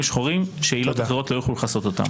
שחורים שעילות אחרות לא יוכלו לכסות אותן.